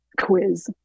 quiz